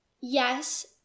yes